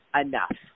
enough